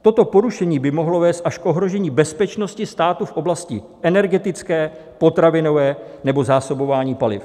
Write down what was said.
Toto porušení by mohlo vést až k ohrožení bezpečnosti státu v oblasti energetické, potravinové nebo zásobování paliv.